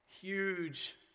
huge